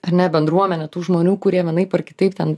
ar ne bendruomenė tų žmonių kurie vienaip ar kitaip ten